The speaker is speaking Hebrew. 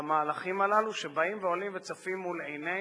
למהלכים הללו, שבאים ועולים וצפים מול עינינו,